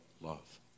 love